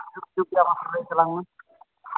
ᱛᱟᱞᱟᱝ ᱢᱮ